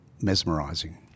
mesmerising